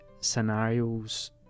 scenarios